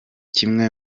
kimwe